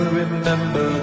remember